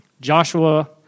Joshua